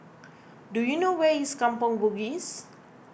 do you know where is Kampong Bugis